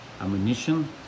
ammunition